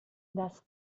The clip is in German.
das